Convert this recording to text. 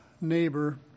neighbor